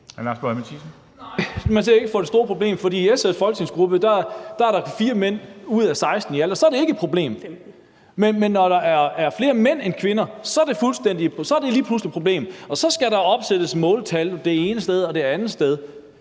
man ser det ikke som det store problem, for i SF's folketingsgruppe er der 4 mænd ud af 16 i alt – og så er det ikke et problem. Men når der er flere mænd end kvinder, så er det lige pludselig et problem, og så skal der opsættes måltal det ene sted og det andet sted.